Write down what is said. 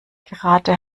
gerade